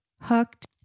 hooked